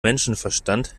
menschenverstand